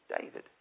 David